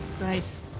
Nice